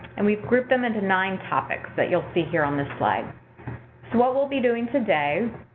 and we've grouped them into nine topics that you'll see here on the slide. so what we'll be doing today,